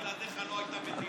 בלעדיך לא הייתה מדינה.